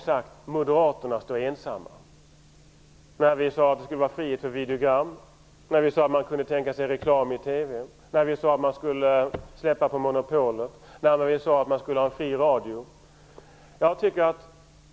Det gjorde han när vi sade att det skulle vara frihet för videogram, när vi sade att vi kunde tänka oss reklam i TV, när vi sade att man skulle släppa på monopolet och när vi sade att man skulle ha fri radio.